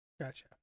Gotcha